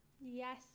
yes